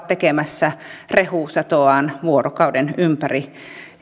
tekemässä rehusatoaan vuorokauden ympäri